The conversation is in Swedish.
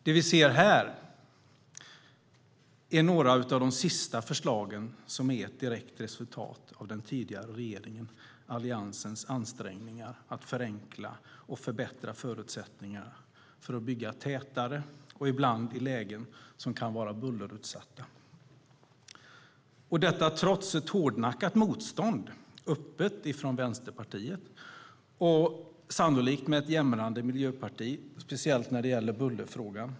Det vi ser här är några av de sista förslagen som är ett direkt resultat av den tidigare regeringens, Alliansens, ansträngningar att förenkla och förbättra förutsättningarna att bygga tätare och ibland i lägen som är bullerutsatta. Detta trots ett hårdnackat motstånd, öppet från Vänsterpartiet och sannolikt jämrande från Miljöpartiet, speciellt när det gäller bullerfrågan.